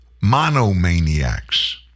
monomaniacs